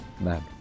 man